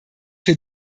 für